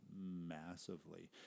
massively